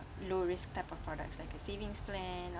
low risk type of products like a savings plan